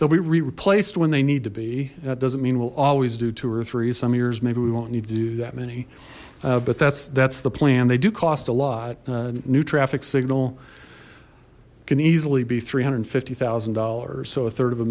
they'll be replaced when they need to be that doesn't mean we'll always do two or three some years maybe we won't need to do that many but that's that's the plan they do cost a lot new traffic signal can easily be three hundred and fifty thousand dollars so